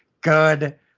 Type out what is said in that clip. good